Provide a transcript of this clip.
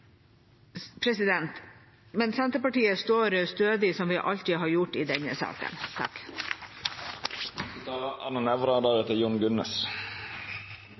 Senterpartiet står stødig, som vi alltid har gjort, i denne saken.